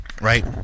right